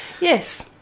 yes